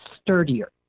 sturdier